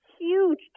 huge